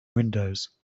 windows